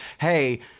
hey